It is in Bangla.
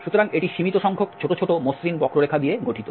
সুতরাং এটি সীমিত সংখ্যক ছোট ছোট মসৃণ বক্ররেখা দিয়ে গঠিত